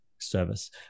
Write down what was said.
service